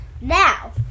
Now